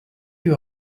you